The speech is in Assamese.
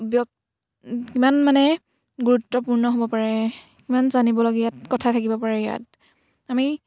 ব্যক্ত মানে গুৰুত্বপূৰ্ণ হ'ব পাৰে কিমান জানিবলগীয়া কথা থাকিব পাৰে ইয়াত আমি